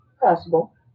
possible